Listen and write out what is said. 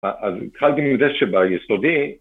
‫אז התחלתי עם זה שביסודי...